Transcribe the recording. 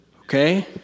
Okay